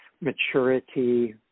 maturity